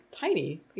tiny